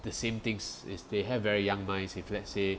the same things is they have very young minds if let's say